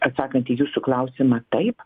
atsakant į jūsų klausimą taip